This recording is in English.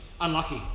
unlucky